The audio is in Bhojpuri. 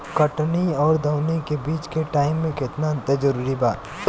कटनी आउर दऊनी के बीच के टाइम मे केतना अंतर जरूरी बा?